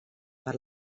per